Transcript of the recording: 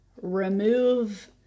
remove